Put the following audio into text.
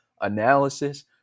analysis